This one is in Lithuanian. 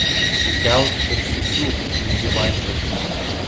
atsikelk ir susiūk negi vaikščiosiu toks